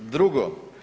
Drugo.